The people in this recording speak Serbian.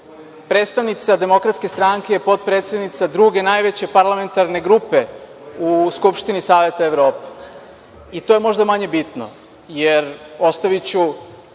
Predstavnica DS je potpredsednica druge najveće parlamentarne grupe u Skupštini Saveta Evrope i to je možda manje bitno, jer ostaviću